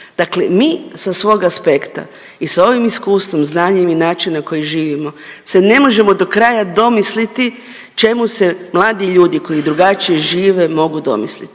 Dakle mi sa svog aspekta i sa ovim iskustvom, znanjem i načinom na koji živimo, se ne možemo do kraja domisliti čemu se mladi ljudi koji drugačije žive, mogu domisliti.